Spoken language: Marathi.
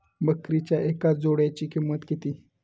बकरीच्या एका जोडयेची किंमत किती?